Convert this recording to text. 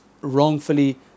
wrongfully